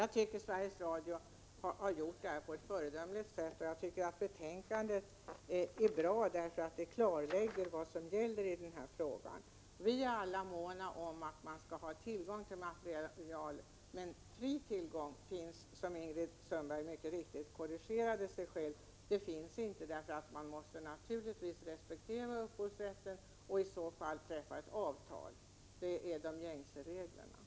Jag tycker att Sveriges Radio agerar på ett föredömligt sätt, och jag tycker att betänkandet är bra eftersom det klarlägger vad som gäller i den här frågan. Vi är alla måna om att tillgång till materialet skall ges. Men fri tillgång finns inte — Ingrid Sundberg korrigerade mycket riktigt sig själv — eftersom man naturligtvis måste respektera upphovsrätten och eventuellt träffa avtal. Det är gängse regler.